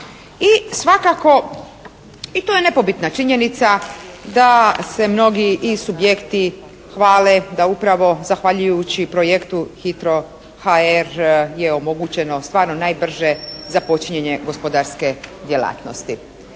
I svakako i to je nepobitna činjenica da se mnogi i subjekti hvale da upravo zahvaljujući projektu «Hitro HR» je omogućeno stvarno najbrže započinjanje gospodarske djelatnosti.